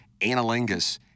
analingus